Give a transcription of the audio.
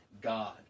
God